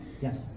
Yes